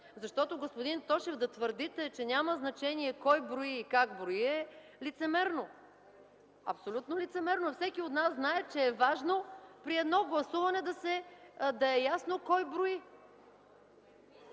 Защото, господин Тошев, да твърдите, че няма значение кой брои и как брои, е лицемерно. Абсолютно лицемерно! Всеки от нас знае, че е важно при едно гласуване да е ясно кой брои.